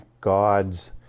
God's